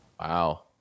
Wow